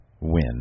win